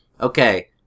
Okay